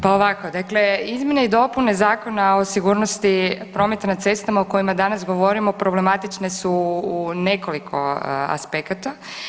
Pa ovako, dakle izmjene i dopune Zakona o sigurnosti prometa na cestama o kojem danas govorimo problematične su u nekoliko aspekata.